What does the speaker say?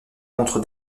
montre